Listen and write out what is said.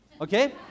Okay